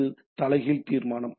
இது ஒரு தலைகீழ் தீர்மானம்